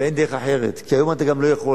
אין דרך אחרת, כי היום אתה גם לא יכול.